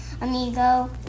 amigo